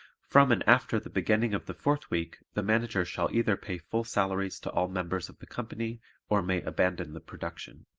from and after the beginning of the fourth week the manager shall either pay full salaries to all members of the company or may abandon the production.